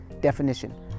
definition